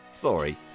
sorry